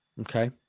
Okay